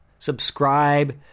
Subscribe